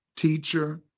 teacher